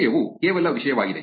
ವಿಷಯವು ಕೇವಲ ವಿಷಯವಾಗಿದೆ